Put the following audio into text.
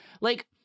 Like-